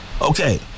Okay